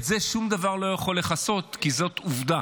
את זה שום דבר לא יכול לכסות, כי זאת עובדה,